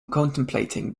contemplating